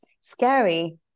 scary